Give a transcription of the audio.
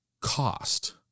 cost